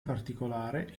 particolare